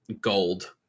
gold